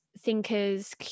thinkers